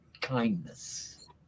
kindness